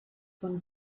von